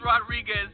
Rodriguez